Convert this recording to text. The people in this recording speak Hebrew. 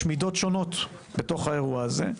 יש מידות שונות בתוך האירוע הזה.